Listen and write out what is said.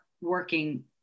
working